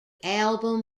album